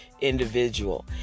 individual